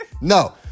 no